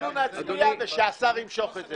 אנחנו נצביע, ושהשר ימשוך את זה.